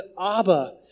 Abba